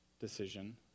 decision